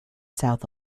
south